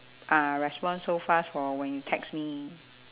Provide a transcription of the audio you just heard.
uh respond so fast for when you text me